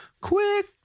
quick